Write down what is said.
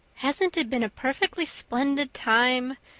hasn't it been a perfectly splendid time?